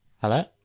Hello